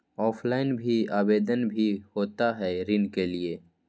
Offline भी आवेदन भी होता है ऋण के लिए?